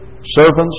servants